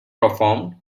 performed